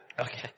Okay